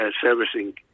servicing